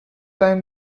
time